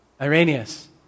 Irenaeus